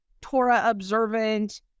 Torah-observant